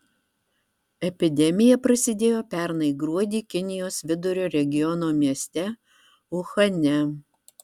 epidemija prasidėjo pernai gruodį kinijos vidurio regiono mieste uhane